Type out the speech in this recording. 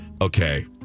okay